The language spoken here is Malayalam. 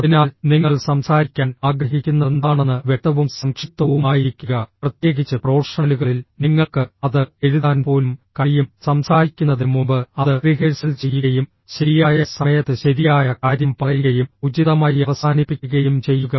അതിനാൽ നിങ്ങൾ സംസാരിക്കാൻ ആഗ്രഹിക്കുന്നതെന്താണെന്ന് വ്യക്തവും സംക്ഷിപ്തവുമായിരിക്കുക പ്രത്യേകിച്ച് പ്രൊഫഷണലുകളിൽ നിങ്ങൾക്ക് അത് എഴുതാൻ പോലും കഴിയും സംസാരിക്കുന്നതിന് മുമ്പ് അത് റിഹേഴ്സൽ ചെയ്യുകയും ശരിയായ സമയത്ത് ശരിയായ കാര്യം പറയുകയും ഉചിതമായി അവസാനിപ്പിക്കുകയും ചെയ്യുക